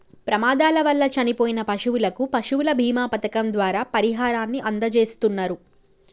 ప్రమాదాల వల్ల చనిపోయిన పశువులకు పశువుల బీమా పథకం ద్వారా పరిహారాన్ని అందజేస్తున్నరు